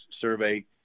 survey